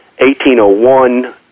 1801